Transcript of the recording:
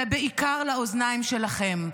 ובעיקר לאוזניים שלכם.